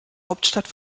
hauptstadt